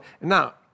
Now